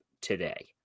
today